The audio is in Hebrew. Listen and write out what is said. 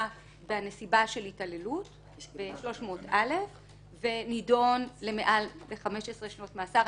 בנסיבה של התעללות בסעיף 300א ונידון למעל 15 שנות מאסר.